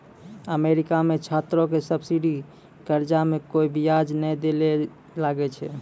America मे छात्रो के सब्सिडी कर्जा मे कोय बियाज नै दै ले लागै छै